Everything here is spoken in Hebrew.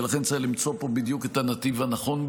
ולכן צריך למצוא פה בדיוק את הנתיב הנכון,